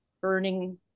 burning